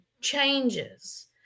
changes